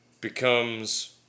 becomes